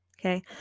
Okay